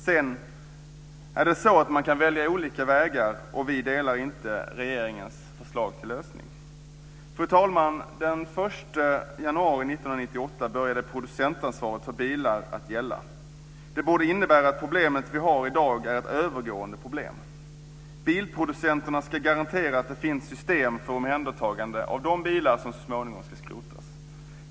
Sedan kan man välja olika vägar, och vi ställer oss inte bakom regeringens lösning. Fru talman! Den 1 januari 1998 började producentansvaret för bilar att gälla. Det borde innebära att problemet som vi har i dag är ett övergående problem. Bilproducenterna ska garantera att det finns system för omhändertagande av de bilar som så småningom ska skrotas.